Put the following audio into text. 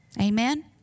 Amen